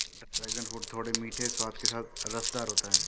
dragon fruit थोड़े मीठे स्वाद के साथ रसदार होता है